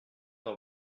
dans